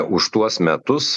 už tuos metus